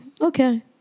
okay